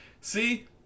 see